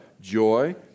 joy